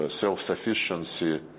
self-sufficiency